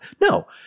no